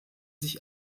sich